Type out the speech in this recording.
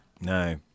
No